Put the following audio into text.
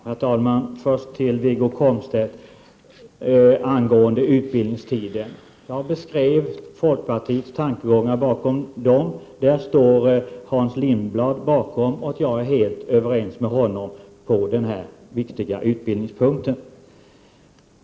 Herr talman! Först vill jag säga till Wiggo Komstedt angående utbildningstiden, att jag beskrev folkpartiets tankegångar, som Hans Lindblad står bakom. Jag är helt överens med honom på denna viktiga utbildningspunkt.